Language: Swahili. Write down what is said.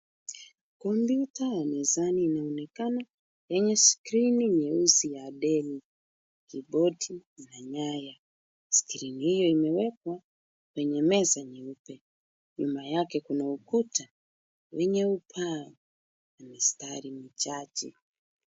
Kompyuta ya mezani inaonekana yenye skrini nyeusi ya deli, kibodi na nyaya. Skrini hio imewekwa kwenye meza nyeupe. Nyuma yake kuna ukuta wenye ubao na mistari michache.